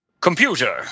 Computer